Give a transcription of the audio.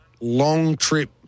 long-trip